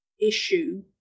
issue